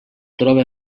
troba